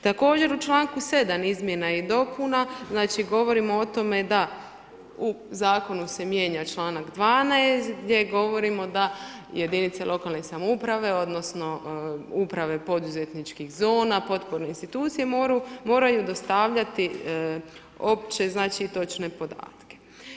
Također u članku 7. izmjena i dopuna govorimo o tome da u zakonu se mijenja članak 12. gdje govorimo da jedinice lokalne samouprave odnosno uprave poduzetničkih zona, potporne institucije moraju dostavljati opće i točne podatke.